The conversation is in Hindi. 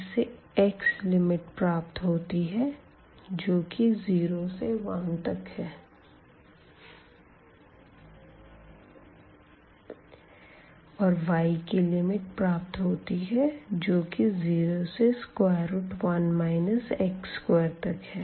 इस से x की लिमिट प्राप्त होती है जो कि 0 से 1 तक है और y की लिमिट प्राप्त होती है जो कि 0 से 1 x2 तक है